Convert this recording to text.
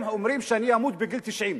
הם אומרים שאני אמות בגיל 90,